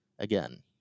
Again